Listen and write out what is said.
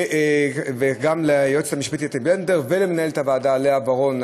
וגם ליועצת המשפטית בנדלר ולמנהלת הוועדה לאה ורון,